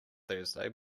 thursday